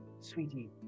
sweetie